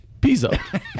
pizza